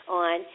on